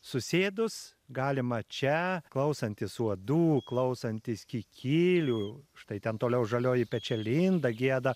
susėdus galima čia klausantis uodų klausantis kikilių štai ten toliau žalioji pečialinda gieda